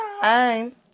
time